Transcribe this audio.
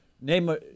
name